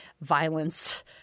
violence